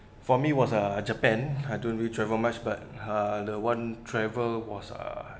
for me was uh japan I don't really travel much but uh the one travel was uh